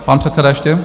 Pan předseda ještě?